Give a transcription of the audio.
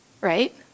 right